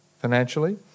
financially